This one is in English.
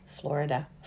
florida